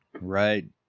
Right